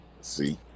See